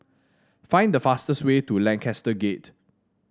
find the fastest way to Lancaster Gate